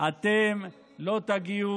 אתם לא תגיעו,